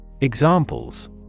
Examples